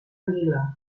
anguila